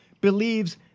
believes